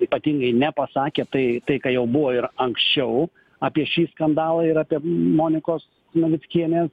ypatingai nepasakė tai tai ką jau buvo ir anksčiau apie šį skandalą ir apie monikos navickienės